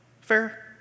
Fair